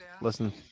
Listen